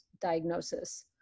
diagnosis